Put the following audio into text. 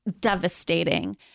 devastating